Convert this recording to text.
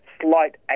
slight